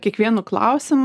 kiekvienu klausimu